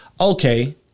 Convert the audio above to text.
okay